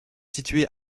situé